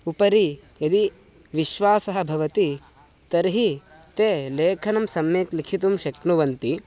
उपरि यदि विश्वासः भवति तर्हि ते लेखनं सम्यक् लिखितुं शक्नुवन्ति